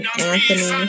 Anthony